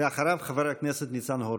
ואחריו, חבר הכנסת ניצן הורוביץ.